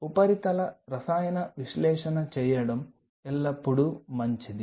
ఉపరితల రసాయన విశ్లేషణ చేయడం ఎల్లప్పుడూ మంచిది